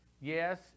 Yes